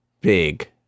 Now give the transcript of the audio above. big